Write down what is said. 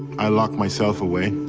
i locked myself away.